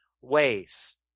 ways